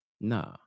Nah